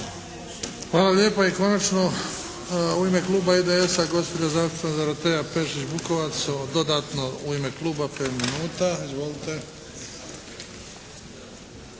Hvala lijepa. I konačno u ime kluba IDS-a gospođa zastupnica Dorotea Pešić-Bukovac dodatno u ime kluba, pet minuta. Izvolite!